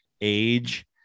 age